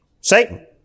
Satan